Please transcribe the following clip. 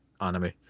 anime